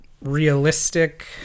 realistic